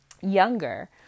younger